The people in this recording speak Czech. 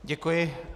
Děkuji.